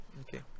okay